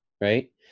Right